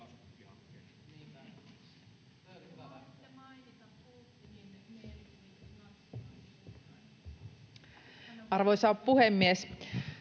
Arvoisa puhemies!